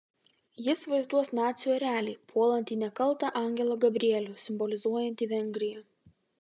jis vaizduos nacių erelį puolantį nekaltą angelą gabrielių simbolizuojantį vengriją